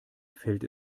fällt